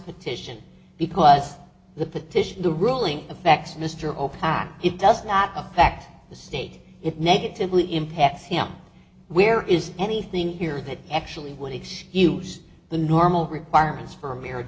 petition because the petition the ruling affects mr opac it does not affect the state it negatively impacts him where is anything here that actually would excuse the normal requirements for